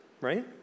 right